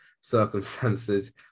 circumstances